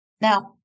Now